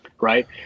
right